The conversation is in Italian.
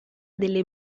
delle